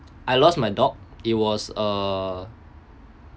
I lost my dog it was uh